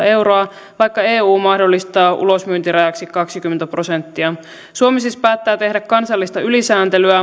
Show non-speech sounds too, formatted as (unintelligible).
(unintelligible) euroa vaikka eu mahdollistaa ulosmyyntirajaksi kaksikymmentä prosenttia suomi siis päättää tehdä kansallista ylisääntelyä (unintelligible)